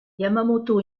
yamamoto